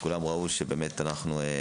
כולם ראו שאנחנו באמת מפשטים